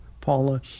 Paula